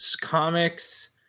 comics